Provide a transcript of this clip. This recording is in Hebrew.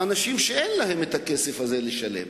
האנשים שלא יכולים לשלם.